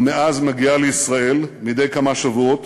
ומאז מגיעה לישראל מדי כמה שבועות